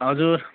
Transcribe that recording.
हजुर